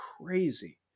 crazy